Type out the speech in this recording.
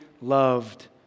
loved